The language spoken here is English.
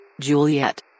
Juliet